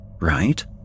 right